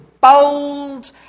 bold